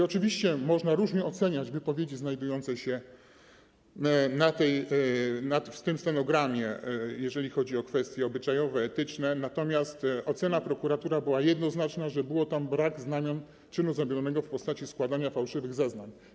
Oczywiście można różnie oceniać wypowiedzi znajdujące się w tym stenogramie, jeżeli chodzi o kwestie obyczajowe, etyczne, natomiast ocena prokuratora była jednoznaczna, że było tam brak znamion czynu zabronionego w postaci składania fałszywych zeznań.